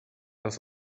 das